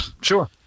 sure